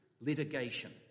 litigation